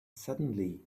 suddenly